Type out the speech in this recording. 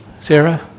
Sarah